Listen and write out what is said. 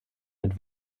mit